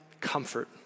comfort